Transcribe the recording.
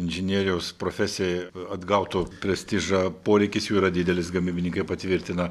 inžinieriaus profesija atgautų prestižą poreikis jų yra didelis gamybininkai patvirtina